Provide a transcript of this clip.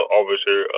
Officer